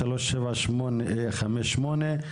פ/3758/24,